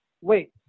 wait